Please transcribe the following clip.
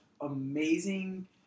amazing